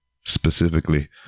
specifically